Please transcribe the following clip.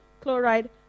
chloride